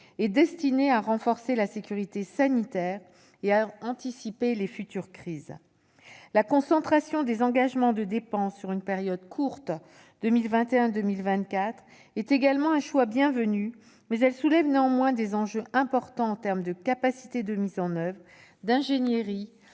et destiné à renforcer la sécurité sanitaire et à anticiper les futures crises. La concentration des engagements de dépenses sur une période courte- 2021-2024 -est également un choix bienvenu ; elle soulève néanmoins des enjeux importants en termes de capacité de mise en oeuvre, d'ingénierie